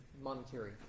monetary